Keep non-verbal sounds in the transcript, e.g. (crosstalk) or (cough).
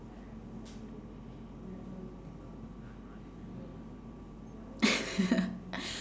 (laughs)